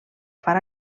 far